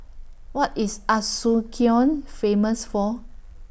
What IS Asuncion Famous For